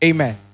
Amen